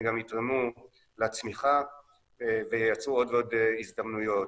הם גם יתרמו לצמיחה וייצרו עוד ועוד הזדמנויות.